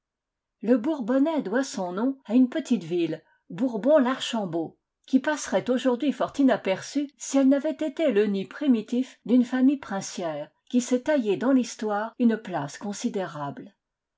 le bourbonnais doit son nom à une petite ville bourbon larchambault qui passerait aujourd'hui fort inaperçue si elle n'avait été le nid primitif d'une famille princière qui s'est taillé dans l'histoire une place considérable